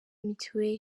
mitiweli